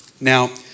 Now